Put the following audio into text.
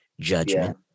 judgment